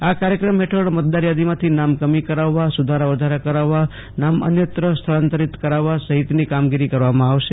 આ કાર્યક્રમ હેઠળ મતદારયાદીમાંથી નામ કમી કરાવવા સુધારા વધારા કરાવવા નામ અન્યત્ર સ્થળાંતરિત કરવા સહિતની કામગીરી કરવામાં આવશે